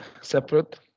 separate